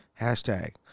hashtag